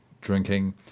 drinking